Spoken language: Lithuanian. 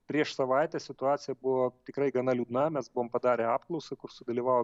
prieš savaitę situacija buvo tikrai gana liūdna mes buvom padarę apklausą kur sudalyvavo